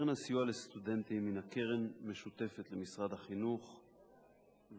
קרן הסיוע לסטודנטים הינה קרן משותפת למשרד החינוך ולוות"ת,